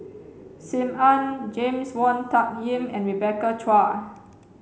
Sim Ann James Wong Tuck Yim and Rebecca Chua